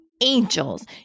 angels